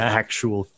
actual